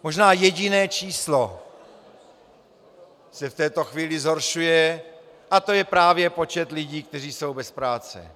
Možná jediné číslo se v této chvíli zhoršuje a to je právě počet lidí, kteří jsou bez práce.